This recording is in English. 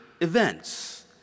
events